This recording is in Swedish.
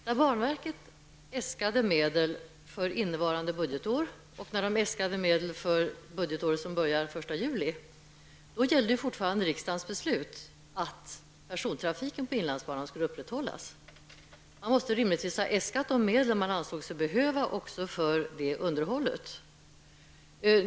När banverket äskade medel för innevarande budgetår och för det budgetår som börjar den 1 juli, gällde fortfarande riksdagens beslut att persontrafiken på inlandsbanan skulle upprätthållas. Man måste rimligtvis ha äskat de medel som man ansåg sig behöva även för underhållet.